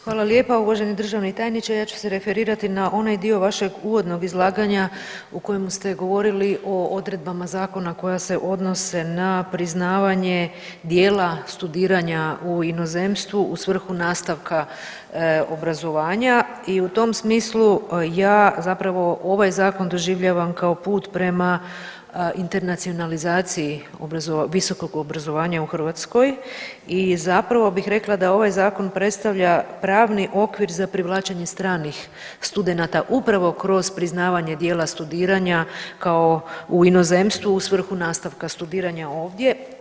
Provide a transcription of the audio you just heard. Hvala lijepo uvaženi državni tajniče, ja ću se referirati na onaj dio vašeg uvodnog izlaganja u kojemu ste govorili o odredbama zakona koja se odnose na priznavanje dijela studiranja u inozemstvu u svrhu nastavka obrazovanja i u tom smislu ja zapravo ovaj Zakon doživljavam prema put prema internacionalizaciji visokog obrazovanja u Hrvatskoj i zapravo bih rekla da ovaj Zakon predstavlja pravni okvir za privlačenje stranih studenata upravo kroz priznavanje dijela studiranja kao u inozemstvu u svrhu nastavka studiranja ovdje.